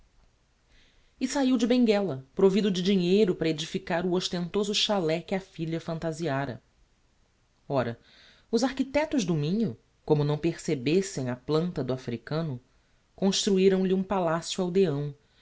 e sahiu de benguela provido de dinheiro para edificar o ostentoso chalet que a filha phantasiára ora os architectos do minho como não percebessem a planta do africano construiram lhe um palacio aldeão